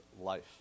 life